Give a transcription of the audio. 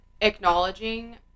acknowledging